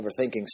overthinking